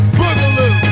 boogaloo